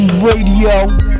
Radio